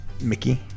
Mickey